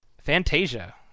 Fantasia